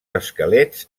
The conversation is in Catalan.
esquelets